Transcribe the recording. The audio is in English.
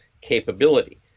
capability